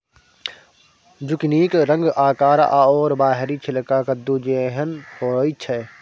जुकिनीक रंग आकार आओर बाहरी छिलका कद्दू जेहन होइत छै